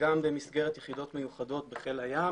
וגם במסגרת יחידות מיוחדות בחיל הים,